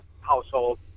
household